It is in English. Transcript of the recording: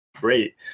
great